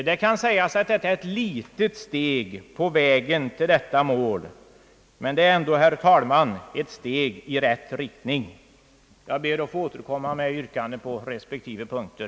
Det kan sägas att detta är ett litet steg på vägen mot detta mål, men det är ändå, herr talman, ett steg i rätt riktning. Jag ber att få yrka bifall till reservationen vid punkten 1 och att få återkomma med övriga yrkanden på respektive punkter.